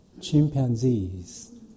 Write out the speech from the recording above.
Chimpanzees